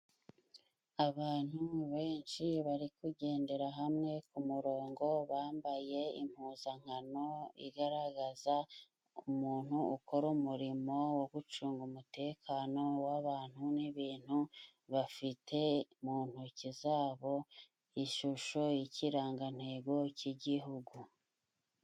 Abantu benshi bari kugendera hamwe ku murongo bambaye impuzankano igaragaza umuntu ukora umurimo wo gucunga umutekano wabantu n'ibintu. Bafite mu ntoki zabo ishusho y ikirangantego cy'igihugu.